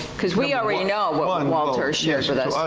cause we already know what um walter shared with us.